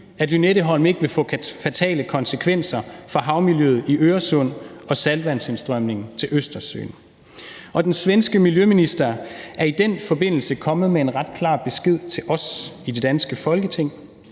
at Lynetteholmen ikke vil få fatale konsekvenser for havmiljøet i Øresund og saltvandsindstrømningen til Østersøen. Og den svenske miljøminister er i den forbindelse kommet med en ret klar besked til os i det danske Folketing